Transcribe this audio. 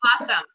awesome